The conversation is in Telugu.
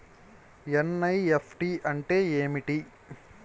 ఎన్.ఈ.ఎఫ్.టి అంటే ఏమిటి?